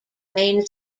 main